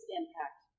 impact